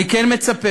אני כן מצפה